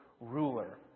ruler